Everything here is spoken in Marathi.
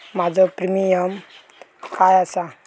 माझो प्रीमियम काय आसा?